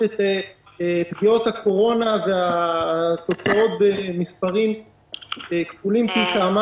את פגיעות הקורונה ואתה התוצאות במספרים כפולים פי כמה